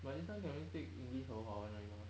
but this one can only speak english or 华文而已 mah